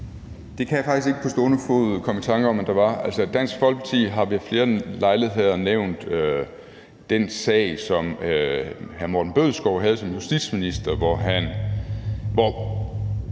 Det kan jeg faktisk ikke på stående fod komme i tanke om at der var. Altså, Dansk Folkeparti har ved flere lejligheder nævnt den sag, som hr. Morten Bødskov havde som justitsminister, hvor